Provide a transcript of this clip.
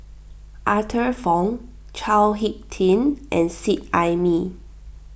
Arthur Fong Chao Hick Tin and Seet Ai Mee